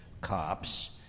cops